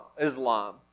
Islam